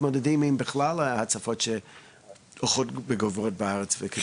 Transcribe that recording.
ואיך אתם מתמודדים בכלל עם כל עניין ההצפות שהולך וגובר בארץ.